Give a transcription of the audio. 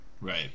Right